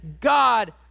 God